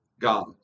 God